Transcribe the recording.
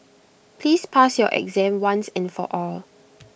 please pass your exam once and for all